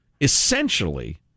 essentially